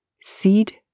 seed